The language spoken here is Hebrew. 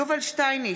יובל שטייניץ,